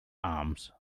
arms